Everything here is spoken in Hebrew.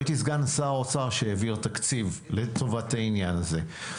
הייתי שר האוצר שהעביר את התקציב לטובת העניין הזה.